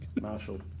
Marshall